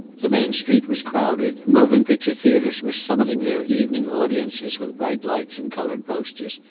the main street was crowded moving picture theaters were summoning their evening audiences with bright lights and colored posters,